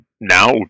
now